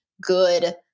good